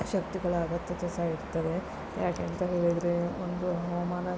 ಶಕ್ತಿಗಳ ಅಗತ್ಯತೆ ಸಹ ಇರ್ತದೆ ಯಾಕೆ ಅಂತ ಹೇಳಿದರೆ ಒಂದು ಹವಾಮಾನ